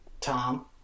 Tom